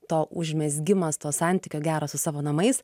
to užmezgimas to santykio gero su savo namais